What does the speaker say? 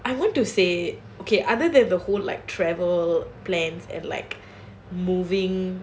I want to say okay other than the whole like travel plans and like moving